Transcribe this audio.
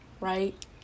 right